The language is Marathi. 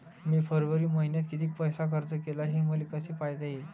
मी फरवरी मईन्यात कितीक पैसा खर्च केला, हे मले कसे पायता येईल?